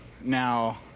now